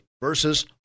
versus